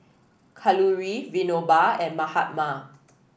Kalluri Vinoba and Mahatma